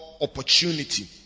opportunity